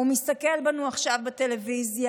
הוא מסתכל בנו עכשיו בטלוויזיה,